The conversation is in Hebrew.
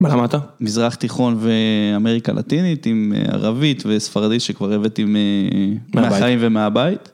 מה למדת? מזרח תיכון ואמריקה הלטינית עם ערבית וספרדית שכבר הבאתי מהחיים ומהבית.